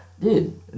Dude